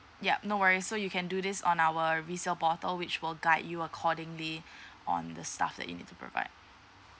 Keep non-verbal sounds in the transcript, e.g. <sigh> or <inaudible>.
yup no worries so you can do this on our resale portal which will guide you accordingly <breath> on the stuff that you need to provide